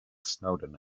snowden